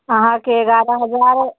अहाँके एगारह हजार